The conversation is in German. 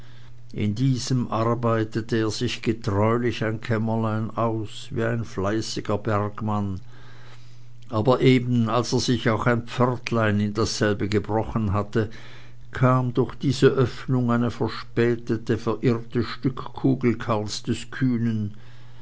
in diesem arbeitete er sich getreulich ein kämmerlein aus wie ein fleißiger bergmann aber eben als er sich auch ein pförtlein in dasselbe gebrochen hatte kam durch diese öffnung eine verspätete und verirrte stückkugel karls des kühnen